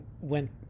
went